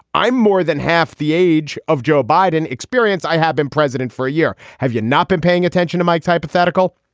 i'm more than half the age of joe biden experience. i have been president for a year. have you not been paying attention to mike's hypothetical?